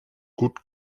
gut